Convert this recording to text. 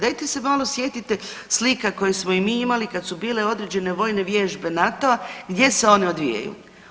Dajte se malo sjetite slika koje smo i mi imali kad su bile određene vojne vježbe NATO-a, gdje se one odvijaju?